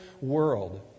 world